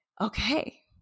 okay